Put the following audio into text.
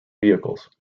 vehicles